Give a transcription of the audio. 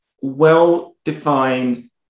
well-defined